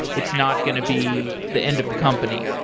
it's not going to be the end of the company.